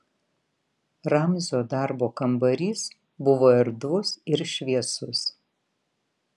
ramzio darbo kambarys buvo erdvus ir šviesus